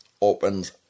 opens